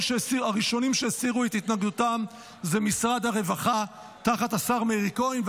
הראשונים שהסירו את התנגדותם היו משרד הרווחה תחת השר מאיר כהן,